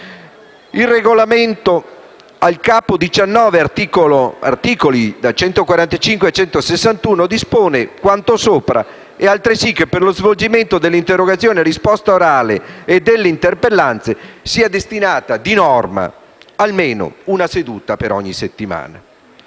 il Regolamento, al Capo XIX, articoli da 145 a 161, dispone quanto sopra e altresì che, per lo svolgimento delle interrogazioni a risposta orale e delle interpellanze, sia destinata, di norma, almeno una seduta per ogni settimana;